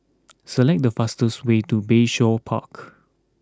select the fastest way to Bayshore Park